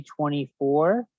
24